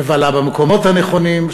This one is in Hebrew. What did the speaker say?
מבלה במקומות הנכונים,